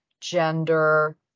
gender